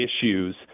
issues